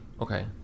Okay